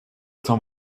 tam